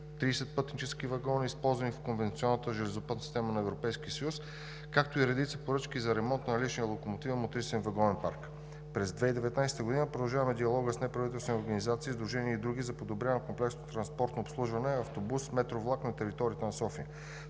30 пътнически вагона, използвани в конвенционалната железопътна система на Европейския съюз, както и редица поръчки за ремонт на наличния локомотивен, мотрисен и вагонен парк. През 2019 г. продължаваме диалога с неправителствени организации, сдружения и други за подобряване на комплексно транспортно обслужване – автобус/метро-влак на територията на София.